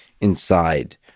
inside